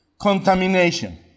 contamination